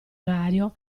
orario